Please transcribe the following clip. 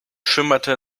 schimmerte